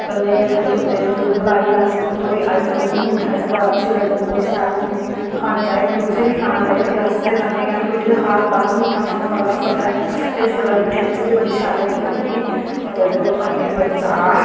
कन्नै दुध मलाई अस खन्ने आइसक्रिम बी बडी अच्छी लगदी बडी शैल होंदी खाना चाहिदी तुसें बी खाना चाहिदी अस ते खन्ने गै आं रुट्टी खाने दे बाद मिट्ठा खाना बडा पसंद ऐ ते इस गल्ला मिट्ठी चीज मिगी बडी शैल लगदियां न मिगी और खन्ने बी बडी जैदा